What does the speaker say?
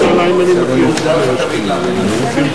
כדאי לך תמיד להאמין לי.